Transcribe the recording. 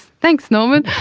thanks norman!